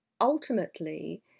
ultimately